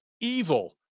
evil